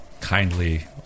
kindly